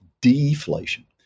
deflation